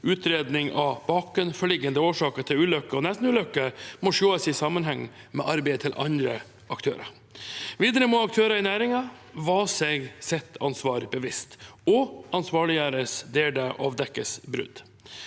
utredning av bakenforliggende årsaker til ulykker og nestenulykker må sees i sammenheng med arbeidet til andre aktører. Videre må aktører i næringen være seg sitt ansvar bevisst og ansvarliggjøres der hvor det avdekkes brudd.